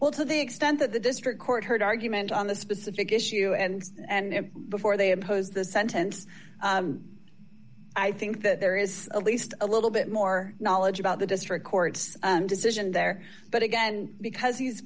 well to the extent that the district court heard argument on this specific issue and before they impose the sentence i think that there is a least a little bit more knowledge about the district court's decision there but again because he's